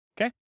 okay